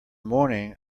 morning